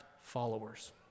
followers